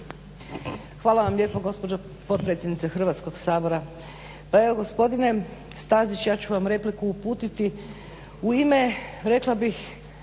Hvala vam lijepo gospođo potpredsjednice Hrvatskog sabora. Pa evo gospodine Stazić ja ću vam repliku uputiti u ime rekla bih